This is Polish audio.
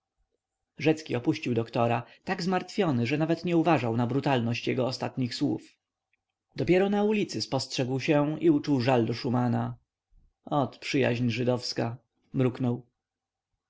rzecki opuścił doktora tak zmartwiony że nawet nie uważał na brutalność jego ostatnich słów dopiero na ulicy spostrzegł się i uczuł żal do szumana ot przyjaźń żydowska